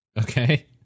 Okay